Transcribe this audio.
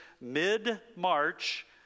mid-March